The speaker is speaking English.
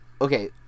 Okay